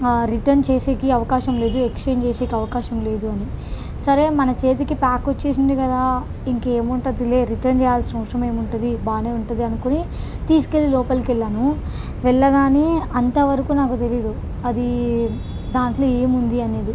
return చేయడానికి అవకాశం లేదు ఎక్స్చేంజ్ చేయడానికి అవకాశం లేదు అని సరే మన చేతికి ప్యాక్ వచ్చేసింది కదా ఇంకేముంటదిలే రిటర్న్ చేయాల్సిన అవసరం ఏముంటుంది బాగానే ఉంటుంది అనుకుని తీసుకెళ్ళి లోపలికెళ్ళాను వెళ్ళగానే అంతవరకు నాకు తెలియదు అది దాంట్లో ఏముంది అనేది